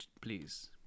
please